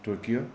Tokyo